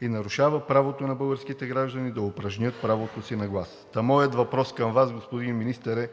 и нарушава правото на българските граждани да упражнят правото си на глас. Моят въпрос към Вас, господин Министър, е